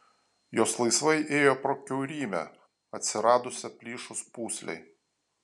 jos laisvai ėjo pro kiaurymę atsiradusią plyšus pūslei